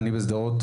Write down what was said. אני בשדרות,